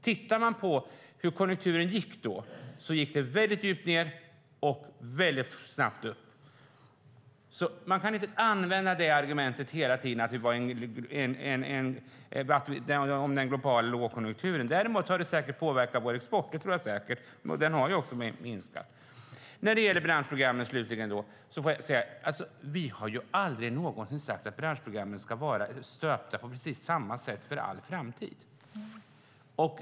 Om man tittar på hur konjunkturen utvecklades då kan man se att den sjönk djupt ned men sedan gick upp väldigt snabbt. Man kan inte hela tiden använda argumentet med den globala lågkonjunkturen. Däremot har lågkonjunkturen säkert påverkat vår export. Den har ju också minskat. När det gäller branschprogrammen, slutligen, har vi aldrig någonsin sagt att de ska vara stöpta på precis samma sätt för all framtid.